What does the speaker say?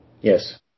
Yes